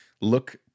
look